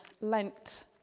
Lent